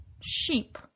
Sheep